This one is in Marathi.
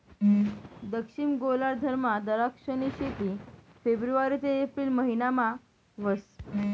दक्षिण गोलार्धमा दराक्षनी शेती फेब्रुवारी ते एप्रिल महिनामा व्हस